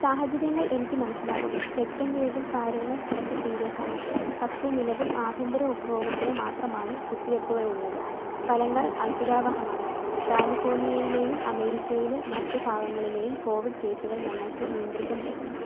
സാഹചര്യങ്ങൾ എനിക്ക് മനസ്സിലാവും സെക്കൻഡ് വേവിൽ കാര്യങ്ങൾ കുറച്ച് സീരിയസാണ് പക്ഷെ നിലവിൽ ആഭ്യന്തര ഉപഭോഗത്തിന് മാത്രമാണ് കുത്തിവയ്പ്പുകളുള്ളത് ഫലങ്ങൾ അത്ഭുതാവഹമാണ് കാലിഫോർണിയയിലെയും അമേരിക്കയിലെ മറ്റ് ഭാഗങ്ങളിലെയും കോവിഡ് കേസുകൾ ഞങ്ങൾക്ക് നിയന്ത്രിക്കാൻ കഴിഞ്ഞു